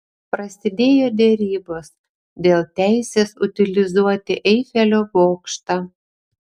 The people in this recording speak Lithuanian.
prasidėjo derybos dėl teisės utilizuoti eifelio bokštą